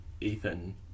Ethan